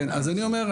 אז אני אומר,